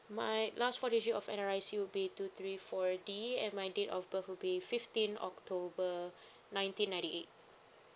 my last four digit of N_R_I_C would be two three four D and my date of birth would be fifteen october nineteen ninety eight